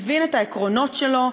מבין את העקרונות שלו,